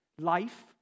Life